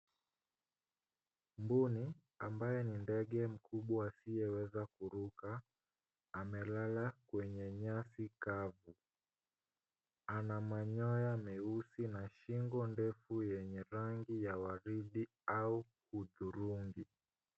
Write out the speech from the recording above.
Mbuni ambaye ni ndege mkubwa asiyeweza kuruka. Amelala kwenye nyasi kavu. Ana manyoya meusi na shingo ndefu yenye rangi ya waridi au hudhurungi.